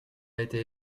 été